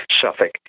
Suffolk